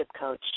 coach